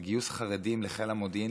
של גיוס חרדים לחיל המודיעין,